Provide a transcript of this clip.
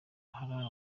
hari